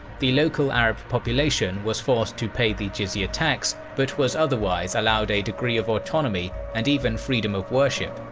the local arab population was forced to pay the jizya tax, but was otherwise allowed a degree of autonomy and even freedom of worship.